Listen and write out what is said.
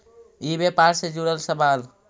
ई व्यापार से जुड़ल सवाल?